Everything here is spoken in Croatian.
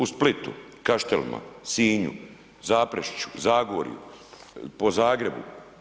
U Splitu, Kaštelima, Sinju, Zaprešiću, Zagorju, po Zagrebu.